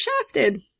shafted